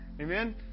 Amen